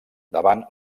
davant